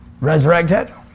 resurrected